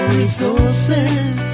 resources